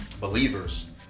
believers